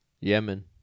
Yemen